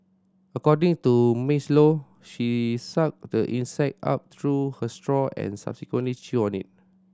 according to Maisie Low she sucked the insect up through her straw and subsequently chewed on it